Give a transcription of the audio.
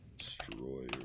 Destroyer